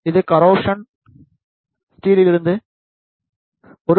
இது கரோசன் ஸ்டீலில்லிருந்து இருந்து 1 செ